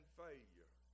failure